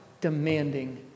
demanding